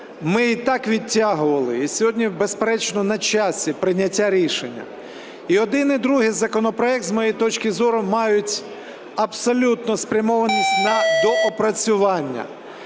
ми і так відтягували, і сьогодні, безперечно, на часі прийняття рішення. І один, і другий законопроект, з моєї точки зору, мають абсолютно спрямованість на доопрацювання,